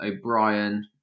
O'Brien